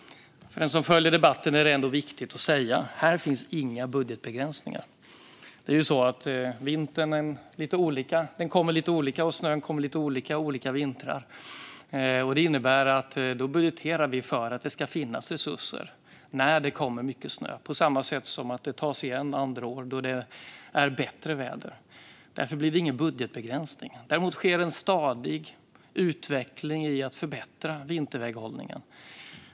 Till den som följer debatten är det viktigt att säga att det här inte finns några budgetbegränsningar. Vintern ser lite olika ut år från år, men vi budgeterar för att det ska finnas resurser när det kommer mycket snö. Detta tas igen andra år när vädret är bättre. Därför blir det ingen budgetbegränsning. Däremot sker det en stadig utveckling i att förbättra vinterväghållningen.